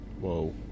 Whoa